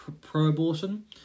pro-abortion